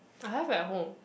I have at home